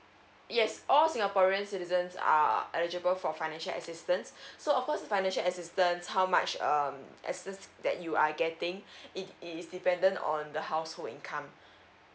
yes all singaporean citizens are eligible for financial assistance so of course financial assistance how much um assist that you are getting it it is dependent on the household income